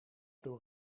door